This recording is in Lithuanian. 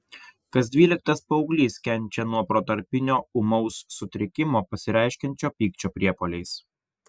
kas dvyliktas paauglys kenčia nuo protarpinio ūmaus sutrikimo pasireiškiančio pykčio priepuoliais